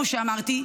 כמו שאמרתי,